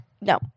No